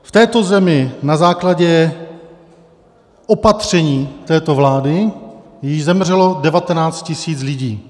V této zemi na základě opatření této vlády již zemřelo 19 000 lidí.